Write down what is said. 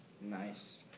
Nice